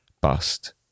bust